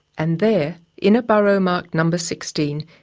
and there, in a burrow marked number sixteen,